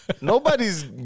nobody's